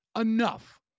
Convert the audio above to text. enough